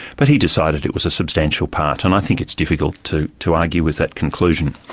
but he decided it was a substantial part, and i think it's difficult to to argue with that conclusion.